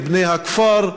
"בני הכפר",